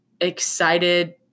excited